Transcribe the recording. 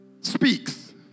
speaks